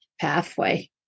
pathway